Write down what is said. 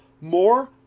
more